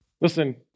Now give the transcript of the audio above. Listen